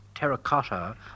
Terracotta